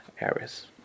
areas